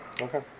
Okay